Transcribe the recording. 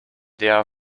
der